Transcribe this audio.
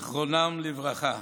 זיכרונם לברכה,